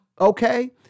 okay